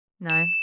No